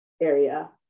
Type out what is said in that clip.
area